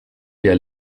ihr